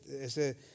ese